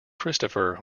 christopher